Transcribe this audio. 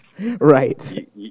Right